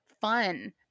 fun